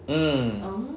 mm